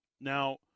Now